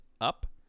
up